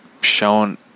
shown